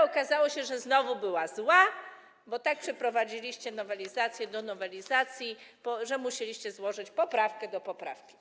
Okazało się jednak, że znowu było źle, bo tak przeprowadziliście nowelizację nowelizacji, że musieliście złożyć poprawkę do poprawki.